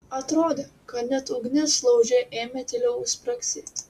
atrodė kad net ugnis lauže ėmė tyliau spragsėti